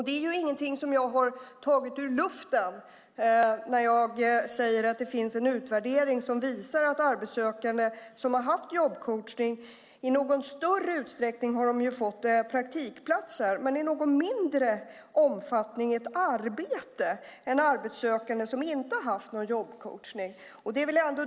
Det är ingenting som jag har tagit ur luften när jag säger att det finns en utvärdering som visar att arbetssökande som har haft jobbcoachning i större utsträckning har fått praktikplatser men i mindre omfattning har fått ett arbete än arbetssökande som inte har haft någon jobbcoachning.